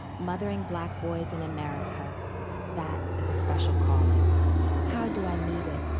mothering black boys in america that is a special calling how do i meet it?